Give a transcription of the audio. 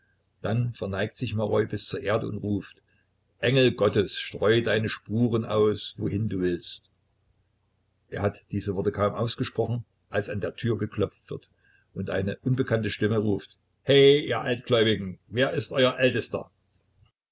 dann verneigt sich maroi bis zur erde und ruft engel gottes streu deine spuren aus wohin du willst er hat diese worte kaum ausgesprochen als an der türe geklopft wird und eine unbekannte stimme ruft he ihr altgläubigen wer ist euer ältester